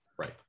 right